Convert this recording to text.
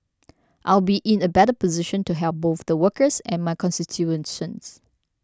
I will be in a better position to help both the workers and my constituents